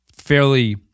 fairly